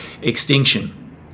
extinction